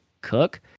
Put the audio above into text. cook